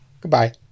Goodbye